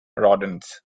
rodents